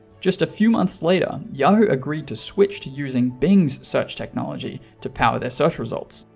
just a few months later, yahoo agreed to switch to using bing's search technology to power their search results.